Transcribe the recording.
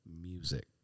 music